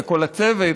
וכל הצוות,